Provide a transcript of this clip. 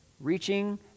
Reaching